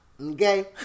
Okay